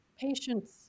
patients